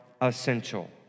essential